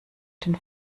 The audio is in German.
den